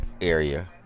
area